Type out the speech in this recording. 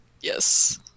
Yes